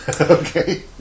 Okay